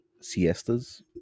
siestas